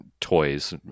toys